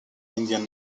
indian